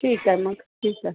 ठीक आहे मग ठीक आहे